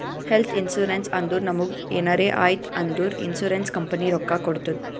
health insurance ಅಂದುರ್ ನಮುಗ್ ಎನಾರೇ ಆಯ್ತ್ ಅಂದುರ್ ಇನ್ಸೂರೆನ್ಸ್ ಕಂಪನಿ ರೊಕ್ಕಾ ಕೊಡ್ತುದ್